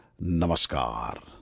Namaskar